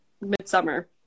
midsummer